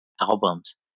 albums